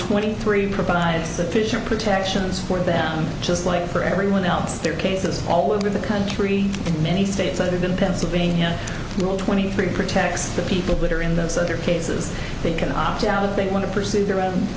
twenty three provide sufficient protections for them just like for everyone else there are cases all over the country and many states and in pennsylvania well twenty three pretext the people that are in those other cases they can opt out if they want to pursue their own